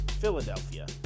Philadelphia